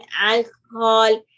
alcohol